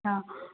अच्छा